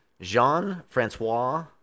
Jean-Francois